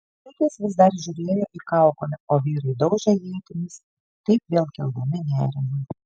baigęs vis dar žiūrėjo į kaukolę o vyrai daužė ietimis taip vėl keldami nerimą